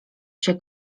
się